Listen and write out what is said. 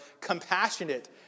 compassionate